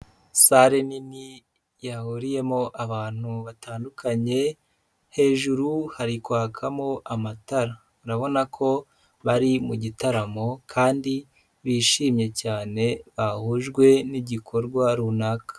Sale nini yahuriyemo abantu batandukanye, hejuru hari kwakamo amatara urabona ko bari mu gitaramo kandi bishimye cyane bahujwe n'igikorwa runaka.